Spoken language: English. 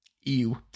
Ew